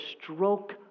stroke